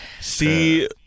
See